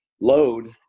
load